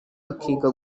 bakiga